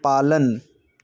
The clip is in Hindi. पालन